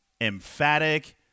emphatic